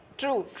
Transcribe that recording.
true